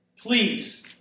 Please